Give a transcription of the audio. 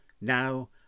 now